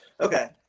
okay